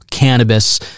Cannabis